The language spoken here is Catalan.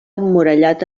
emmurallat